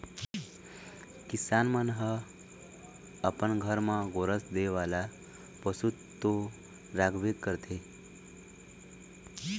किसान मन ह अपन घर म गोरस दे वाला पशु तो राखबे करथे